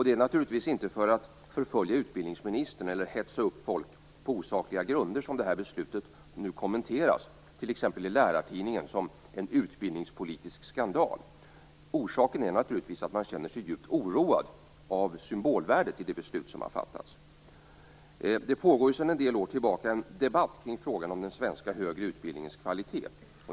Det är naturligtvis inte för att förfölja utbildningsministern eller för att hetsa upp folk på osakliga grunder som beslutet nu kommenteras, t.ex. i Lärartidningen där det kallas en utbildningspolitisk skandal. Orsaken är naturligtvis att man känner sig djupt oroad av symbolvärdet i det beslut som fattats. Sedan en del år tillbaka pågår en debatt kring frågan om den svenska högre utbildningens kvalitet.